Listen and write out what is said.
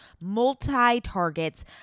multi-targets